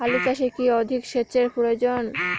আলু চাষে কি অধিক সেচের প্রয়োজন?